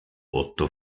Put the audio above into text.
otto